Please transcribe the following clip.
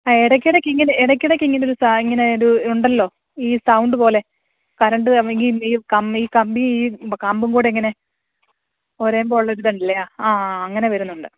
ഇടയ്ക്കിടയ്ക്ക് ഇങ്ങനെ ഇടയ്ക്കിടയ്ക്ക് ഇങ്ങനെ ഒരു സാ ഇങ്ങനെ ഒരു ഉണ്ടല്ലോ ഈ സൗണ്ട് പോലെ കറണ്ട് കമ്പിയും ചെയ്യും കമ്പി കമ്പി ഈ കമ്പും കൂടി ഇങ്ങനെ ഉരയുമ്പോൾ ഉള്ള ഒരിതില്ലേ ആ അങ്ങനെ വരുന്നുണ്ട്